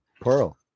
Pearl